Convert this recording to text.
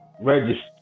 register